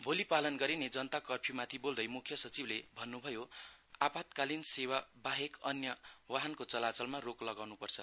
भोली पालन गरिने जनता कर्फ्य्माथि बोल्दै म्ख्य सचिवले भन्न्भयो आपतकालिन सेवा बाहेक अन्य वाहनको चलाचलमा रोक लगाउन् पर्छ